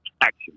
action